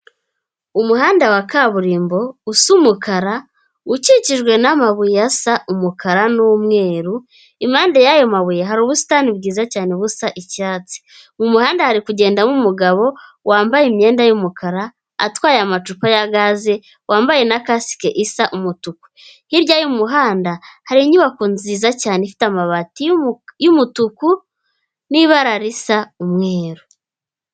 Umuhanda wa kaburimbo usa umukara ukikijwe n'amabuye asa umukara n'umweru, impande y'ayo mabuye hari ubusitani bwiza cyane busa icyatsi, mu muhanda hari kugenda umugabo wambaye imyenda yumukara, atwaye amacupa ya gaze, wambaye na kasike isa umutuku, hirya y'umuhanda hari inyubako nziza cyane ifite amabati y'umutuku n'ibara risa umweru.